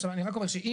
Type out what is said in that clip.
עכשיו אני רק אומר שאם